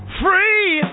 free